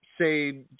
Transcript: say